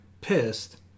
pissed